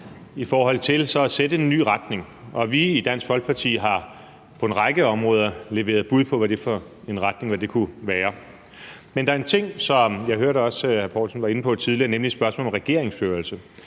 i forhold til så at sætte en ny retning. Og vi i Dansk Folkeparti har på en række områder leveret bud på, hvad det kunne være for en retning. Men der er en ting, som jeg også hørte hr. Søren Pape Poulsen var inde på tidligere, nemlig spørgsmålet om regeringsførelse,